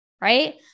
right